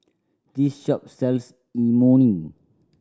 this shop sells Imoni